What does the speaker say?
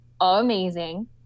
amazing